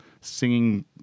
singing